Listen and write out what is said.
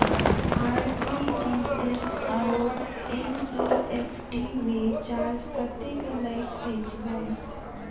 RTGS आओर NEFT मे charge कतेक लैत अछि बैंक?